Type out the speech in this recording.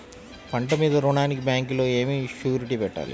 పంట మీద రుణానికి బ్యాంకులో ఏమి షూరిటీ పెట్టాలి?